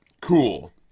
cool